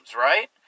right